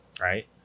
right